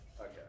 Okay